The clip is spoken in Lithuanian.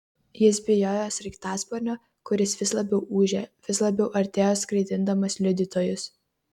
jis bijojo sraigtasparnio kuris vis labiau ūžė vis labiau artėjo skraidindamas liudytojus